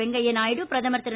வெங்கையா நாயுடு பிரதமர் திரு